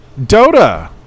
Dota